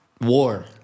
war